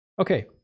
Okay